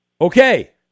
Okay